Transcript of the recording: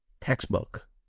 textbook